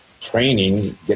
training